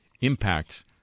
impacts